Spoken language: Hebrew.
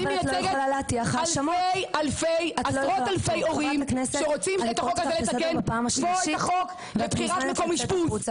אני מייצגת עשרות אלפי הורים שרוצים לתקן פה את החוק לבחירת מקום אשפוז,